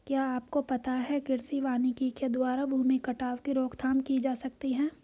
क्या आपको पता है कृषि वानिकी के द्वारा भूमि कटाव की रोकथाम की जा सकती है?